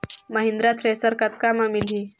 Mahindra thresher कतका म मिलही?